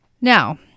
Now